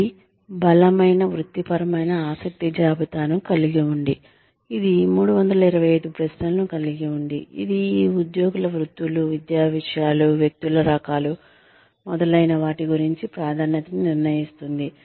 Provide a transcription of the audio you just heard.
ఇది బలమైన వృత్తిపరమైన ఆసక్తి జాబితాను కలిగి ఉంది ఇది 325 ప్రశ్నలను కలిగి ఉంది ఇది ఈ ఉద్యోగుల వృత్తులు విద్యా విషయాలు వ్యక్తుల రకాలు మొదలైన వాటి గురించి ప్రాధాన్యతని నిర్ణయిస్తుంది